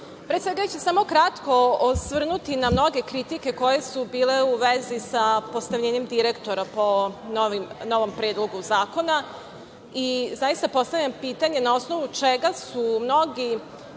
Pre svega ću se samo kratko osvrnuti na mnoge kritike koje su bile u vezi sa postavljanjem direktora po novom predlogu zakona i zaista postavljam pitanje na osnovu čega su mnogi